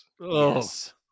Yes